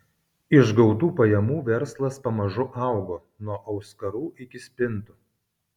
iš gautų pajamų verslas pamažu augo nuo auskarų iki spintų